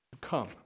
Come